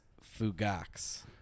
fugax